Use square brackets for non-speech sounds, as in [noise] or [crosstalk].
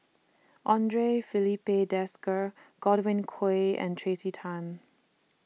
[noise] Andre Filipe Desker Godwin Koay and Tracey Tan